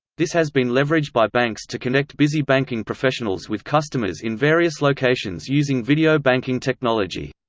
this has been leveraged by banks to connect busy banking professionals with customers in various locations using video banking technology.